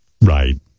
Right